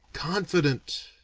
confident,